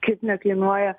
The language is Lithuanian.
kaip nekainuoja